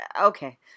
Okay